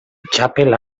txapel